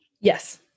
yes